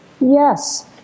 yes